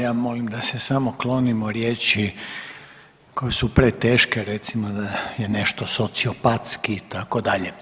Ja molim da se samo klonimo riječi koje su preteške recimo da je nešto sociopatski itd.